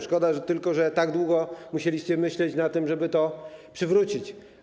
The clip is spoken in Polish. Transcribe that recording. Szkoda tylko, że tak długo musieliście myśleć nad tym, żeby to przywrócić.